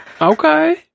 Okay